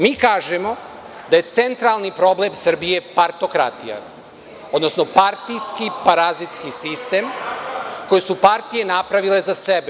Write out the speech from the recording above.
Mi kažemo, da je centralni problem Srbije partokratija, odnosno partijski parazitski sistem koji su partije napravile za sebe.